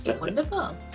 Wonderful